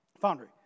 Foundry